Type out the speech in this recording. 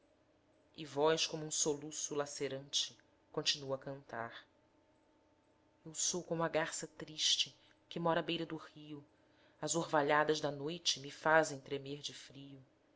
e voz como um soluço lacerante continua a cantar eu sou como a garça triste que mora à beira do rio as orvalhadas da noite me fazem tremer de frio